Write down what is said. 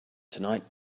tonight